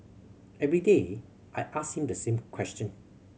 every day I ask him the same question